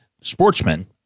Sportsmen